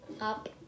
Up